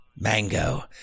mango